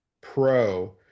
Pro